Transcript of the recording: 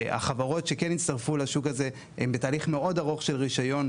החברות שכן הצטרפו לשוק הזה הן בתהליך מאוד ארוך של רישיון,